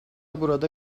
burada